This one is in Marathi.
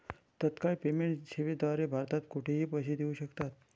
तत्काळ पेमेंट सेवेद्वारे भारतात कुठेही पैसे देऊ शकतात